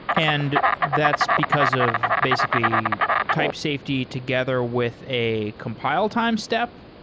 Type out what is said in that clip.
and that's because of basically type safety together with a compile time step?